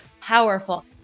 powerful